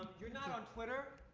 you're not on twitter,